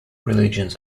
religions